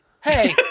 hey